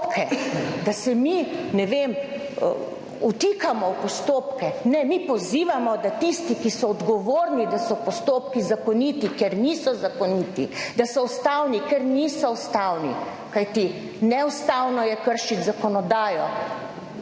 da se mi, ne vem, vtikamo v postopke. Ne, mi pozivamo, da tisti, ki so odgovorni, da so postopki zakoniti, ker niso zakoniti. Da so ustavni, ker niso ustavni, kajti neustavno je kršiti zakonodajo,